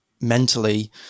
mentally